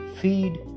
feed